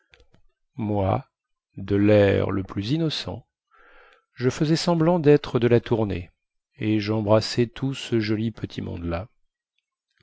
moi de lair le plus innocent je faisais semblant dêtre de la tournée et jembrassais tout ce joli petit monde-là